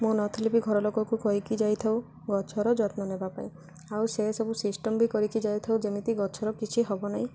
ମୁଁ ନଥିଲେ ବି ଘରଲୋକକୁ କହିକି ଯାଇଥାଉ ଗଛର ଯତ୍ନ ନେବା ପାଇଁ ଆଉ ସେ ସବୁ ସିଷ୍ଟମ୍ ବି କରିକି ଯାଇଥାଉ ଯେମିତି ଗଛର କିଛି ହବ ନାହିଁ